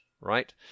right